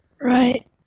Right